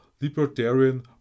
libertarian